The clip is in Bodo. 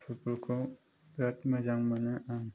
फुटबल खौ बिराद मोजां मोनो आं